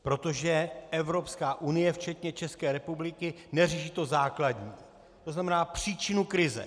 Protože Evropská unie včetně České republiky neřeší to základní, tzn. příčinu krize.